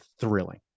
thrilling